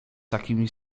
takimi